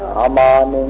a man